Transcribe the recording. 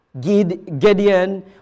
Gideon